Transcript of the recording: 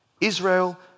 Israel